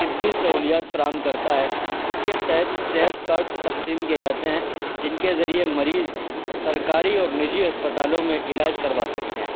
طبی سہولیات فراہم کرتا ہے اس کے تحت صحت کاڈس تقسیم کیے جاتے ہیں جن کے ذریعے مریض سرکاری اور نجی ہسپتالوں میں علاج کروا سکتے ہیں